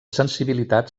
sensibilitat